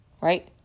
right